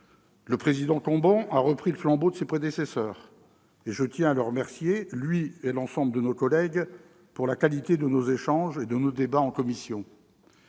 Le président Cambon a repris le flambeau de ses prédécesseurs et je tiens à le remercier, lui et l'ensemble de nos collègues, pour la qualité de nos échanges et de nos débats en commission.